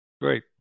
Great